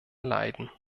leiden